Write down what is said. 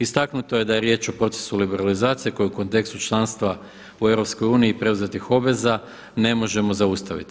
Istaknuto je da je riječ o procesu liberalizacije koja u kontekstu članstva u EU preuzetih obveza ne možemo zaustaviti.